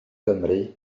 gymru